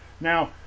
Now